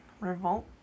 revolt